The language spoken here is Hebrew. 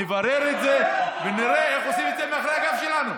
נברר את זה ונראה איך עושים את זה מאחורי הגב שלנו.